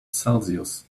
celsius